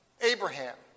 Abraham